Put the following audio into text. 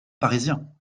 parisien